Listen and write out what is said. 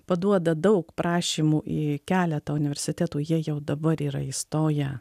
paduoda daug prašymų į keletą universitetų jie jau dabar yra įstoję